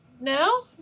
No